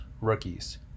rookies